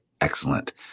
excellent